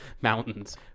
mountains